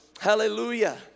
hallelujah